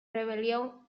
rebelión